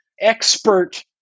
expert